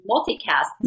Multicast